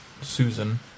Susan